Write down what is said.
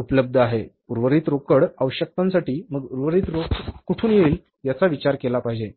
उपलब्ध आहे उर्वरित रोकड आवश्यकतांसाठी मग उर्वरित रोख कुठून येईल याचा विचार केला पाहिजे